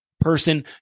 person